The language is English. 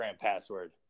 password